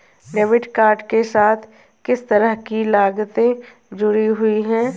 Debit card के साथ किस तरह की लागतें जुड़ी हुई हैं?